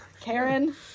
Karen